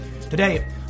Today